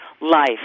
life